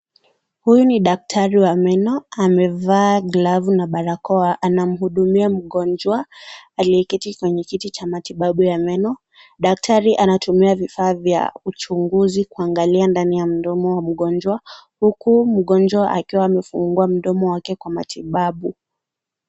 Huyu ni daktari wa meno amevaa gavu na barakoa anamuhudumia mgonjwa aliyeketi kwenye kiti cha matibabu ya meno, daktari anatumia vifaa vya uchunguzi kuangalia ndani ya mdomo wa mgonjwa, huku mgonjwa akiwa amefungua mdomo wake kwa matibabu